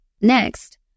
Next